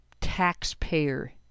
taxpayer